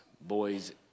boys